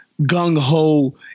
gung-ho